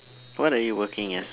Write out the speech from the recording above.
what are you working as